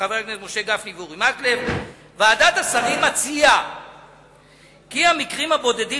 חברי הכנסת משה גפני ואורי מקלב: ועדת השרים מציעה כי המקרים הבודדים